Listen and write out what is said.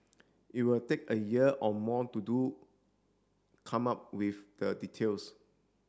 it will take a year or more to do come up with the details